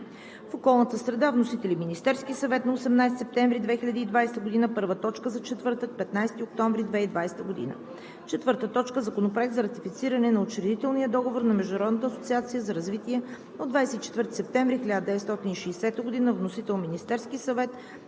в околната среда. Вносител – Министерският съвет на 18 септември 2020 г. – точка първа за четвъртък, 15 октомври 2020 г. 4. Законопроект за ратифициране на Учредителния договор на Международната асоциация за развитие от 24 септември 1960 г. Вносител – Министерският съвет